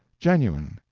genuine,